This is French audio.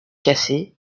cassé